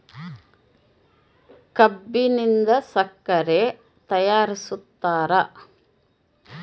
ಕಬ್ಬಿನಿಂದ ಸಕ್ಕರೆ ತಯಾರಿಸ್ತಾರ